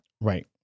Right